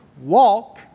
Walk